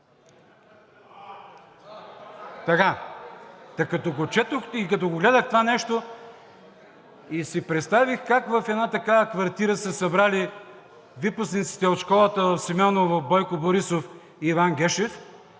Та като го четох и като го гледах това нещо, си представих как в една такава квартира се събрали випускниците от школата в Симеоново – Бойко Борисов и Иван Гешев.